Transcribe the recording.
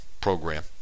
program